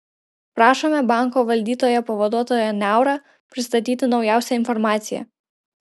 prašome banko valdytojo pavaduotoją niaurą pristatyti naujausią informaciją